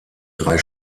drei